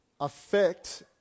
affect